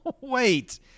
Wait